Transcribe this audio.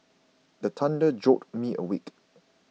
the thunder jolt me awake